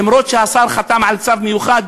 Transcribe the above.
למרות שהשר חתם על צו מיוחד,